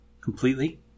completely